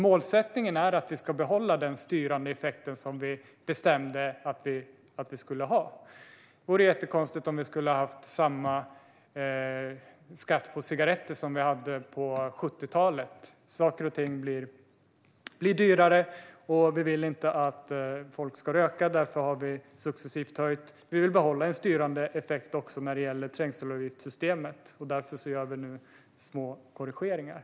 Målsättningen är att vi ska behålla den styrande effekt som vi bestämde att vi skulle ha. Det vore jättekonstigt att ha samma skatt på cigaretter som vi hade på 70-talet. Saker och ting blir dyrare. Vi vill inte att folk ska röka, och därför har vi successivt höjt skatten. Vi vill behålla en styrande effekt också när det gäller trängselavgiftssystemet. Därför gör vi nu små korrigeringar.